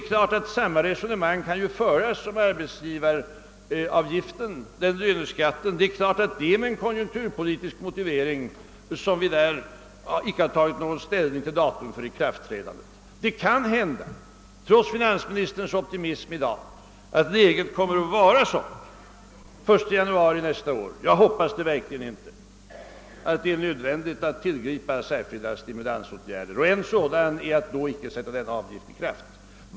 Samma resonemang kan föras beträffande löneskatten. Det är med en konjunkturpolitisk motivering som vi inte tagit ställning till datum för ikraftträdande. Det kan hända, trots finansministerns optimism i dag, att läget kommer att vara sådant den 1 januari nästa år, att det behövs särskilda stimulansåtgärder. Jag hoppas verkligen att det inte då blir nödvändigt att tillgripa sådana. Men en sådan skulle vara att inte sätta bestämmelsen om denna avgift i kraft.